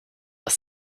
aus